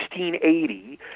1680